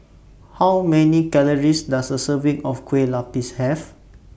How Many Calories Does A Serving of Kue Lupis Have